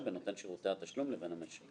בין נותן שירותי התשלום לבין המשלם.